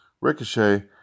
Ricochet